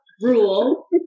rule